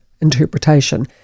interpretation